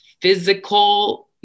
physical